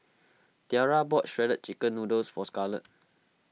Tiara bought Shredded Chicken Noodles for Scarlet